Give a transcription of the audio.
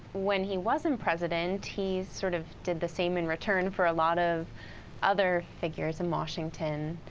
when he wasn't president, he sort of did the same in return for a lot of other figures in washington.